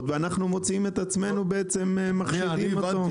ואנחנו מוצאים את עצמנו בעצם מחשידים אותם.